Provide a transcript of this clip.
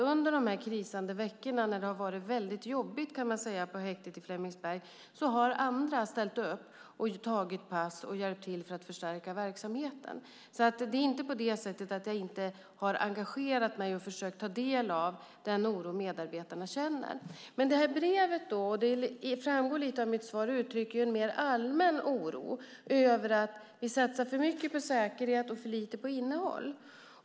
Under dessa veckor när det har krisat och varit mycket jobbigt på häktet i Flemingsberg har andra ställt upp och tagit pass och hjälpt till för att förstärka verksamheten. Det är alltså inte på det sättet att jag inte har engagerat mig och försökt ta del av den oro som medarbetarna känner. I detta brev uttrycks en mer allmän oro, vilket framgår av mitt svar, över att vi satsar för mycket på säkerhet och för lite på innehåll.